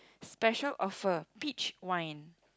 special offer peach wine